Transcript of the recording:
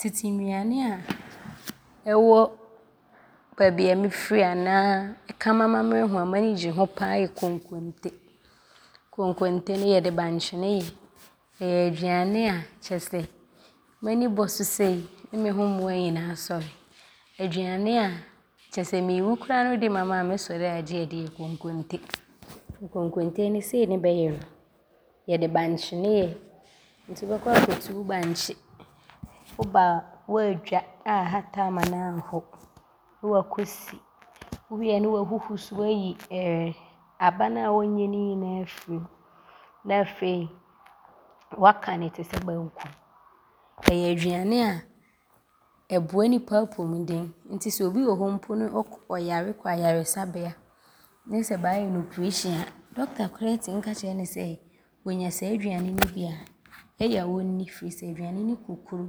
Tete nnuane a, ɔwɔ baabi a mfiri anaa ɔka m’amammerɛ ho a m’ani gye ho pa ara yɛ konkonte. Konkonte no yɛde bankye ne yɛ. Ɔyɛ aduane a kyerɛ sɛ m’ani bɔ so sei ne nho mmoa nyinaa asɔre. Aduane a kyerɛ sɛ meewu koraa ne wode mam a mɛsɔre aagye adi yɛ konkonte. Konkonte no, sei ne bɛyɛ no, yɛde bankye ne yɛ nti wobɛkɔ akɔtu wo bankye. Woba a woaadwa aahata ama ne aho ne woakɔsi. Wowie a ne woahuhu so ayi ɛɛɛ aba no a ɔnyɛ ne nyinaa afirim ne afei woaka ne te sɛ banku. Ɔyɛ aduane a ɔboa nnipa apomden nti sɛ bi wɔ hɔ mpo ne ɔyare kɔ ayaresabea ne sɛ bɛaayɛ no oprehyɛn a, dɔkota koraa tim ka kyerɛ ne sɛ ɔnya saa aduane ne bi a, ɔyɛ a ɔnni firi sɛ aduane ne ku kuro.